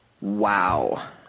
Wow